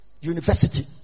university